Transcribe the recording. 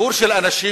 ציבור של אנשים